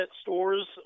stores